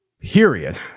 Period